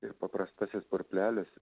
ir paprastasis purplelis